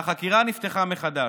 והחקירה נפתחה מחדש.